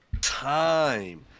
time